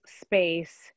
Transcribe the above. space